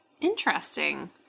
Interesting